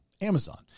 Amazon